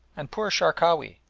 and poor sharkawi!